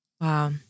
Wow